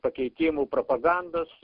pakeitimų propagandos